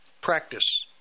practice